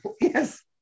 Yes